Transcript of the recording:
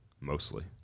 mostly